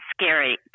scary